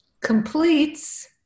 completes